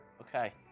Okay